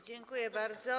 Dziękuję bardzo.